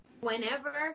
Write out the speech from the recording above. whenever